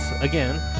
again